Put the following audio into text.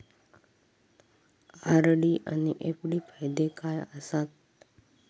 RD आनि FD फायदे काय आसात?